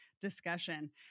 discussion